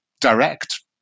direct